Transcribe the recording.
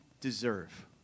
deserve